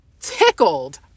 tickled